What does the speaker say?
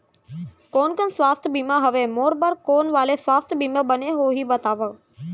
कोन कोन स्वास्थ्य बीमा हवे, मोर बर कोन वाले स्वास्थ बीमा बने होही बताव?